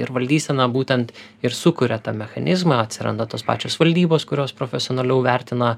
ir valdysena būtent ir sukuria tą mechanizmą atsiranda tos pačios valdybos kurios profesionaliau vertina